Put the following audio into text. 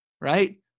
Right